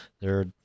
they're-